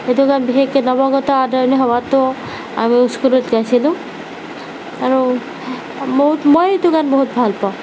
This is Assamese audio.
এইটো গান বিশেষকৈ নৱাগত আদৰণি সভাতো আমি স্কুলত গাইছিলোঁ আৰু মোৰ মই এইটো গান বহুত ভাল পাওঁ